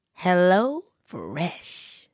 HelloFresh